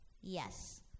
Yes